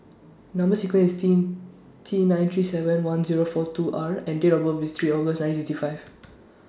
Number sequence IS T T nine three seven one Zero four two R and Date of birth IS three August nine sixty five